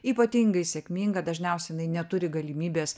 ypatingai sėkminga dažniausiai jinai neturi galimybės